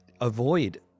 avoid